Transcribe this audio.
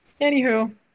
Anywho